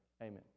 Amen